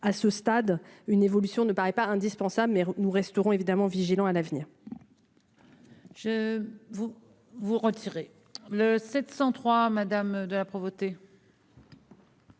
à ce stade une évolution ne paraît pas indispensable mais nous resterons évidemment vigilants à l'avenir.